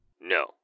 No